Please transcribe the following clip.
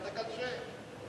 וכנראה,